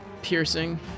piercing